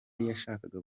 yashakaga